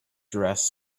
dress